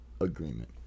agreement